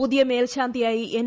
പുതിയ മേൽശാന്തിയായി എൻ